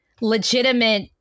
legitimate